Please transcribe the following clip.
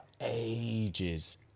ages